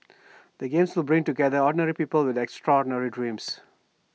the games will bring together ordinary people with extraordinary dreams